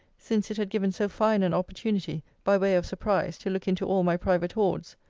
since it had given so fine an opportunity, by way of surprise, to look into all my private hoards.